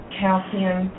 calcium